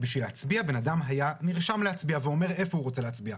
בשביל להצביע אדם היה נרשם להצביע ואומר איפה הוא רוצה להצביע.